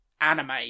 anime